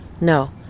No